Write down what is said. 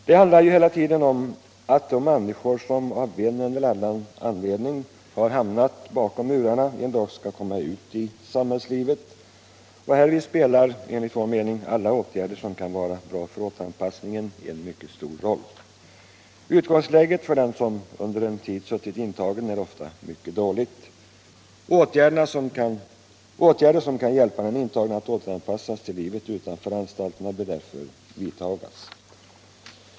Det handlar ju hela tiden om att de människor som av en eller annan anledning har hamnat bakom murarna en dag skall komma tillbaka ut i samhällslivet, och då spelar enligt vår mening alla åtgärder som kan vara bra för återanpassningen en mycket stor roll. Utgångsläget för den som under en tid suttit intagen är ofta mycket dåligt. Åtgärder som kan hjälpa den intagne att återanpassa sig till livet utanför anstalterna bör därför vidtagas.